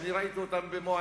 שאני ראיתי במו-עיני,